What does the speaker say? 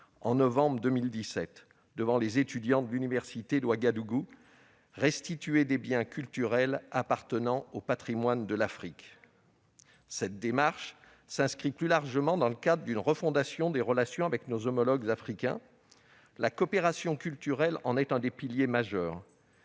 en novembre 2017 devant les étudiants de l'université de Ouagadougou : restituer à l'Afrique des biens culturels appartenant à son patrimoine. Cette démarche s'inscrit plus largement dans le cadre d'une refondation des relations avec nos homologues africains. La coopération culturelle en est un des piliers majeurs.